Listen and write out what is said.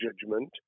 judgment